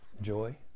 joy